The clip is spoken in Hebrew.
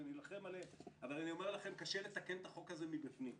בהתאם להבחנה בין אנשים על פי השקפותיהם.